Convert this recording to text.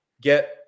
get